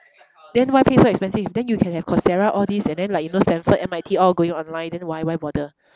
then why pay so expensive then you can have Coursera all these and then like you know Stamford M_I_T all going online then why why bother